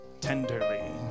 tenderly